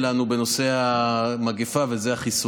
שלנו, נקרא לזה, בנושא המגפה, וזה החיסונים.